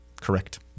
correct